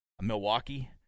Milwaukee